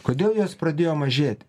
kodėl jos pradėjo mažėti